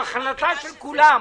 זו החלטה של כולם.